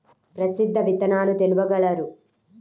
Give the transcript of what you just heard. ప్రసిద్ధ విత్తనాలు తెలుపగలరు?